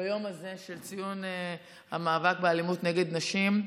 הזה של ציון המאבק באלימות נגד נשים.